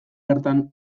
hartan